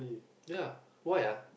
ya why ah